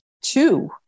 two